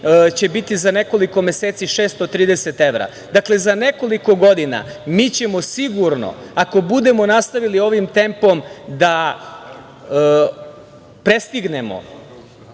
će biti za nekoliko meseci 630 evra. Dakle, za nekoliko godina mi ćemo sigurno, ako budemo nastavili ovim tempom, da prestignemo